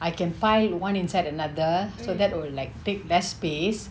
I can find one inside another so that would like take less space